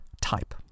type